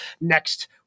next